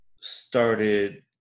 started